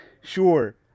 Sure